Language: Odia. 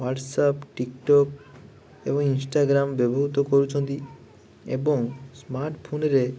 ହ୍ୱାଟ୍ସଆପ୍ ଟିକ୍ଟକ୍ ଏବଂ ଇନଷ୍ଟାଗ୍ରାମ୍ ବ୍ୟବହୃତ କରୁଛନ୍ତି ଏବଂ ସ୍ମାର୍ଟ୍ ଫୋନ୍ରେ